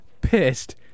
pissed